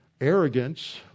Arrogance